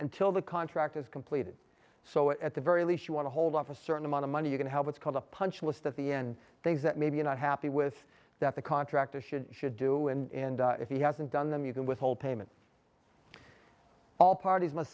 until the contract is completed so at the very least you want to hold off a certain amount of money you can have what's called a punch list at the end things that may be not happy with that the contractor should should do in if he hasn't done them you can withhold payment all parties must